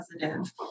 positive